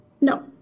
No